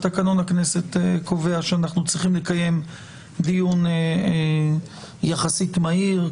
תקנון הכנסת קובע שאנחנו צריכים לקיים דיון יחסית מהיר,